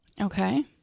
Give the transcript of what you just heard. Okay